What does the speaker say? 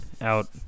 out